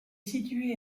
située